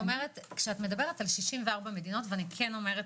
זאת אומרת כשאת מדברת על 64 מדינות ואני כן אומרת